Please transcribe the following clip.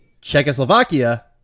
Czechoslovakia